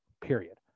period